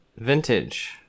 Vintage